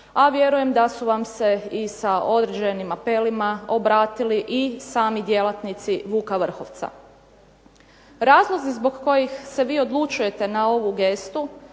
a vjerujem da su vam se i sa određenim apelima obratili i sami djelatnici "Vuka Vrhovca". Razlozi zbog kojih se vi odlučujete na ovu gestu,